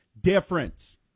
difference